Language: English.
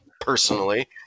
personally